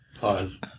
Pause